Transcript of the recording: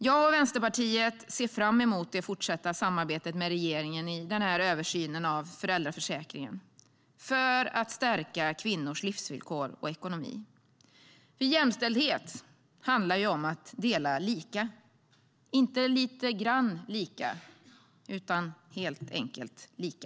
Jag och Vänsterpartiet ser fram emot det fortsatta samarbetet med regeringen i översynen av föräldraförsäkringen för att stärka kvinnors livsvillkor och ekonomi. Jämställdhet handlar om att dela lika, inte lite grann lika utan helt enkelt lika.